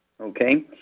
Okay